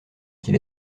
quand